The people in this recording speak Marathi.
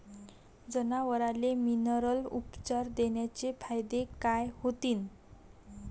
जनावराले मिनरल उपचार देण्याचे फायदे काय होतीन?